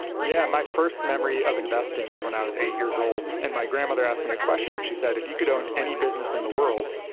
yeah my first memory of investing was when i was eight years old and my grandmother asked me a question. she said, if you could own any business in the world,